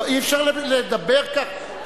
אי-אפשר לדבר כך,